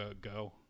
go